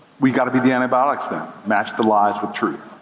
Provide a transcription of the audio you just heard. we gotta be the antibiotics then. match the lies with truth.